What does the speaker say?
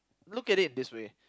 look at it this way